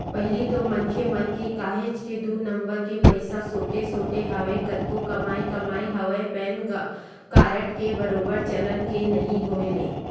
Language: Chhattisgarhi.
पहिली तो मनखे मन काहेच के दू नंबर के पइसा सोटे सोटे हवय कतको कमाए कमाए हवय पेन कारड के बरोबर चलन के नइ होय ले